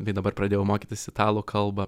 bei dabar pradėjau mokytis italų kalbą